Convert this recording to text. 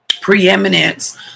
preeminence